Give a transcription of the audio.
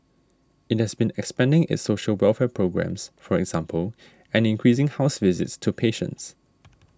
it has been expanding its social welfare programmes for example and increasing house visits to patients